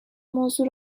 موضوع